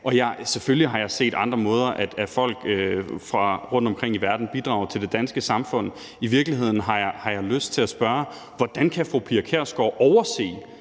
Men selvfølgelig har jeg set folk fra rundtomkring i verden bidrage på andre måder til det danske samfund. I virkeligheden har jeg lyst til at spørge, hvordan fru Pia Kjærsgaard kan overse,